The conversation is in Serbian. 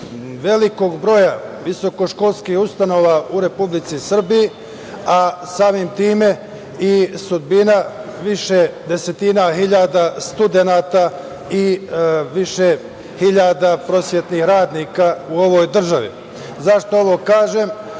velikog broja visokoškolskih ustanova u Republici Srbiji, a samim tim i sudbina više desetina hiljada studenata i više hiljada prosvetnih radnika u ovoj državi.Zašto ovo kažem?